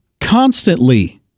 constantly